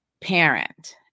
parent